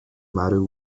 matter